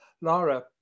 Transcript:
Lara